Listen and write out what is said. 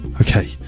Okay